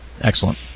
Excellent